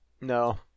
No